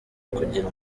kugira